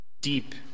Deep